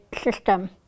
system